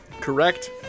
Correct